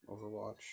Overwatch